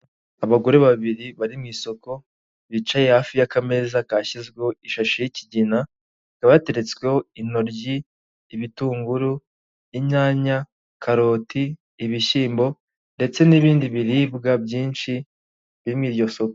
Abagore babiri bari mu isoko bicaye hafi y'akameza kashyizweho ishashi y'ikigina, hakaba hateretsweho intoryi, ibitunguru, inyanya, karoti, ibishyimbo, ndetse n'ibindi biribwa byinshi birimo muri iryo soko.